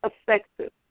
effective